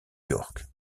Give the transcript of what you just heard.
york